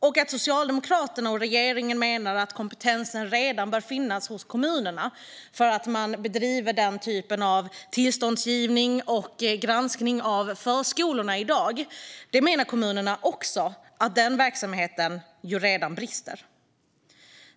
Medan Socialdemokraterna och regeringen menar att kompetensen redan bör finnas hos kommunerna, eftersom man bedriver den typen av tillståndsgivning och granskning av förskolorna i dag, menar kommunerna att den verksamheten redan brister.